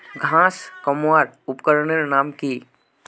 घांस कमवार उपकरनेर नाम की?